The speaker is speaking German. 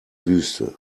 wüste